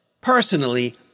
Personally